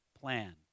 plan